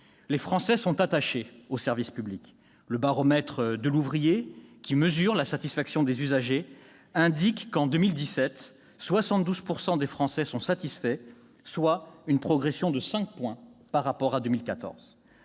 Les Français sont attachés au service public. Le baromètre Delouvrier, qui mesure la satisfaction des usagers, indique que, en 2017, 72 % des Français étaient satisfaits, soit une progression de 5 points par rapport à 2014.